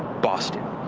boston.